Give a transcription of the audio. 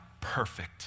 perfect